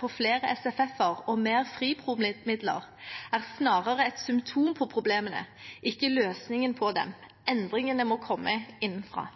på flere SFFer og mer FRIPRO-midler er snarere et symptom på problemene, ikke løsningen på dem. endring må komme innenfra.»